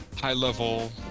high-level